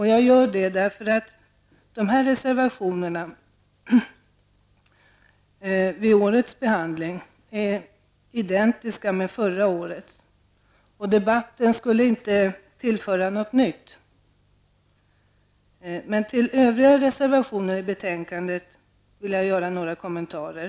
Jag gör det eftersom reservationerna vid årets behandling är identiska med förra årets. Debatten i år skulle inte tillföra något nytt. Men till övriga reservationer i betänkandet vill jag göra några kommentarer.